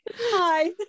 hi